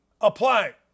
apply